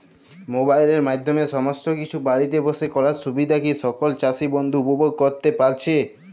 মোবাইলের মাধ্যমে সমস্ত কিছু বাড়িতে বসে করার সুবিধা কি সকল চাষী বন্ধু উপভোগ করতে পারছে?